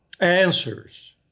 answers